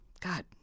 God